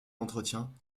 d’entretien